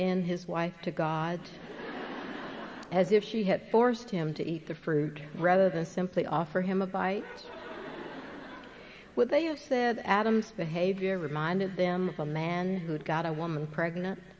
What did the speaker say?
in his wife to god as if she had forced him to eat the fruit rather than simply offer him a bite would they have said adam's behavior reminded them of a man who'd got a woman pregnant